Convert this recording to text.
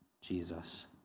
Jesus